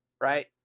right